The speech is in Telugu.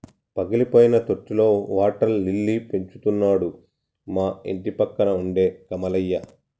పగిలిపోయిన తొట్టిలో వాటర్ లిల్లీ పెంచుతున్నాడు మా ఇంటిపక్కన ఉండే కమలయ్య